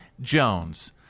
Jones